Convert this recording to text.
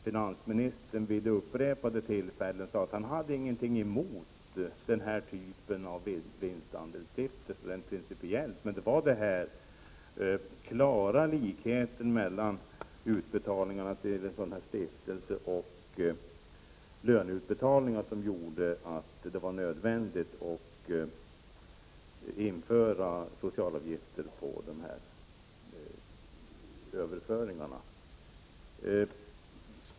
Finansministern sade vid upprepade tillfällen att han principiellt inte hade någonting emot stiftelser. Men det var den klara likheten mellan utbetalningarna till sådana stiftelser och löneutbetalningarna som gjorde att det var nödvändigt att införa socialavgifter på sådana överföringar.